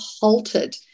halted